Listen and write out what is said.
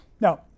Now